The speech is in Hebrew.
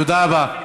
תודה רבה.